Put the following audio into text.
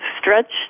stretched